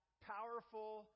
powerful